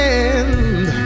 end